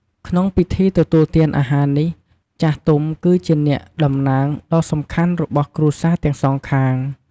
ក្នុងពិធីទទួលទានអាហារនេះ ចាស់ទុំគឺជា អ្នកតំណាង ដ៏សំខាន់របស់គ្រួសារទាំងសងខាង។